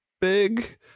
big